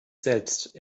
selbst